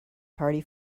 party